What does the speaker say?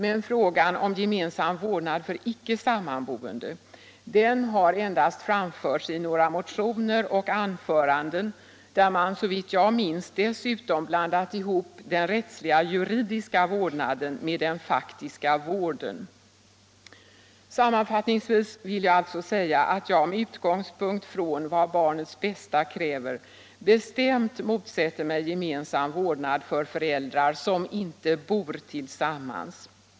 Men förslag om gemensam vårdnad för icke sammanboende har endast framförts i några motioner och anföranden, där man såvitt jag minns dessutom blandat ihop den rättsliga, juridiska vårdnaden med den faktiska vården. Sammanfattningsvis vill jag alltså säga att jag med utgångspunkt i vad barnets bästa kräver bestämt motsätter mig gemensam vårdnad för föräldrar som inte bor tillsammans.